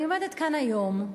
אני עומדת כאן היום,